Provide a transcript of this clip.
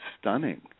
stunning